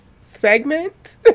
Segment